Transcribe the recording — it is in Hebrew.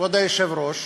כבוד היושב-ראש,